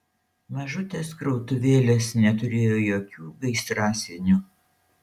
mažutės krautuvėlės neturėjo jokių gaisrasienių